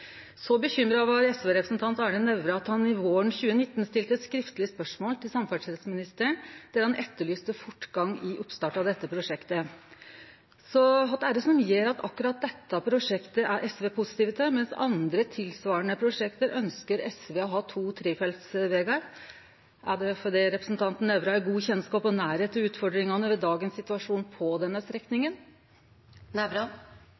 Så bekymra var SV-representant Arne Nævra at han våren 2019 stilte skriftleg spørsmål til samferdselsministeren der han etterlyste fortgang i oppstarten av dette prosjektet. Kva er det som gjer at akkurat dette prosjektet er SV positive til, mens ved andre tilsvarande prosjekt ønskjer SV å ha to- og trefeltsvegar? Er det fordi representanten Nævra har god kjennskap og nærleik til utfordringane ved dagens situasjon på denne